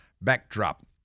backdrop